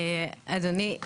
אדוני,